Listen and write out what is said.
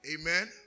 Amen